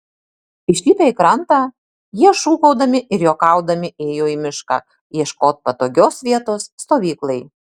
išlipę į krantą jie šūkaudami ir juokaudami ėjo į mišką ieškot patogios vietos stovyklai